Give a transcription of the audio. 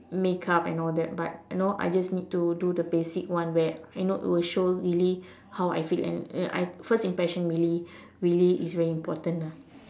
makeup and all that but you know I just need to do the basic one where you know it will show really how I feel and I first impression really really is very important ah